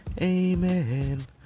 Amen